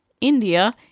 India